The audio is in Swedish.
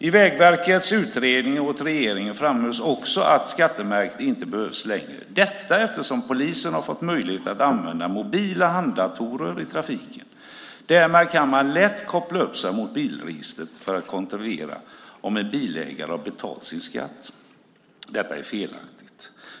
I Vägverkets utredning åt regeringen framhölls också att skattemärket inte behövs längre - detta eftersom polisen har fått möjligheter att använda mobila handdatorer i trafiken. Därmed kan man lätt koppla upp sig mot bilregistret för att kontrollera om en bilägare har betalt sin skatt. Detta är felaktigt.